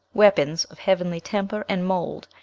weapons of heavenly temper and mould,